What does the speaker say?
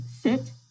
sit